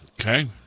Okay